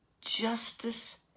justice